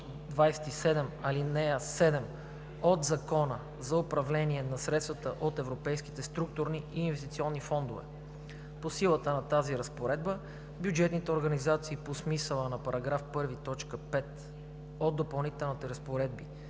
27, ал. 7 от Закона за управление на средствата от Европейските структурни и инвестиционни фондове. По силата на тази разпоредба бюджетните организации по смисъла на § 1, т. 5 от Допълнителните разпоредби